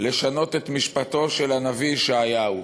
לשנות את משפטו של הנביא ישעיהו.